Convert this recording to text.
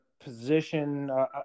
position